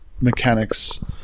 mechanics